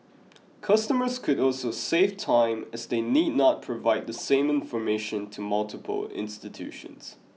customers could also save time as they need not provide the same information to multiple institutions